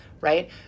right